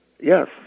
Yes